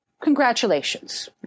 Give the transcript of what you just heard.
congratulations